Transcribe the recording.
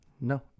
no